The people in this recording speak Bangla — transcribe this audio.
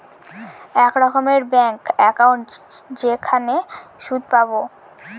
এক রকমের ব্যাঙ্ক একাউন্ট যেখানে সুদ পাবো